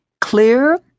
clear